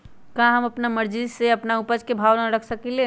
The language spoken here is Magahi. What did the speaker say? का हम अपना मर्जी से अपना उपज के भाव न रख सकींले?